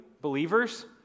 believers